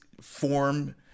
form